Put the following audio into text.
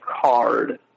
card